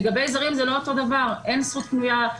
לגבי זרים זה לא אותו דבר, אין זכות קנויה.